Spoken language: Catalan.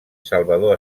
salvador